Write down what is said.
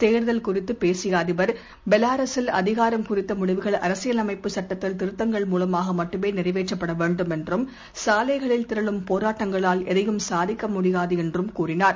தேர்தல் குறித்துபேசியஅதிபர் பெலாரஸில் அதிகாரம் குறித்தமுடிவுகள் அரசியலமைப்பு சட்டத்தில் திருத்தங்கள் மூலமாகமட்டுமேநிறைவேற்றப்படவேண்டும் என்றும் சாலைகளில் திரளும் போராட்டங்களால் எதையும் சாதிக்கமுடியாதுஎன்றார்